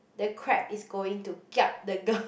the crab is going to kiap the girl